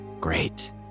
Great